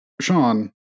Sean